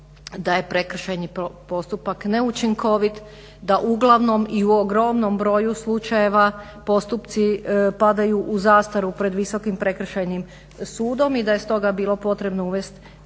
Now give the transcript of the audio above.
da je prekršajni postupak neučinkovit, da uglavnom i u ogromnom broju slučajeva postupci padaju u zastaru pred Visokom prekršajnim sudom i da je s toga bilo potrebno uvest